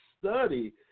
study